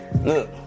Look